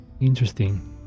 Interesting